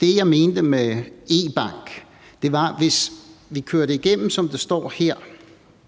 Det, jeg mente med en e-bank, var, at hvis vi kører det igennem, sådan som det står her,